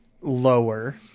lower